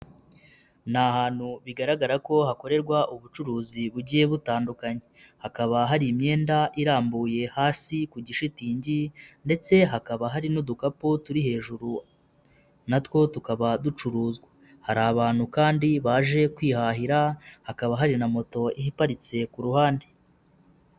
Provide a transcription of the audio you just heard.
Ni ahantu bigaragara ko hakorerwa ubucuruzi bugiye butandukanye, hakaba hari imyenda irambuye hasi ku gishitingi ndetse hakaba hari n'udukapu turi hejuru na two tukaba ducuruzwa, hari abantu kandi baje kwihahira, hakaba hari na moto iparitse ku ruhande.